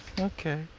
Okay